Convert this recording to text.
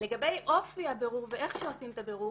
לגבי אופי הבירור ואיך שעושים את הבירור